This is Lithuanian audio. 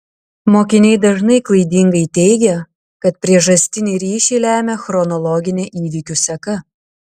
mokiniai dažnai klaidingai teigia kad priežastinį ryšį lemia chronologinė įvykių seka